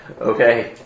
Okay